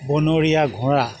বনৰীয়া ঘোঁৰা